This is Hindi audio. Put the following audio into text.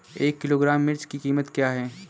एक किलोग्राम मिर्च की कीमत क्या है?